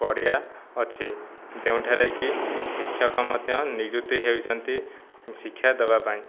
ପଡ଼ିଆ ଅଛି ଯେଉଁଠାରେକି ଶିକ୍ଷକ ମଧ୍ୟ ନିଯୁକ୍ତି ହେଉଛନ୍ତି ଶିକ୍ଷା ଦେବାପାଇଁ